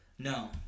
No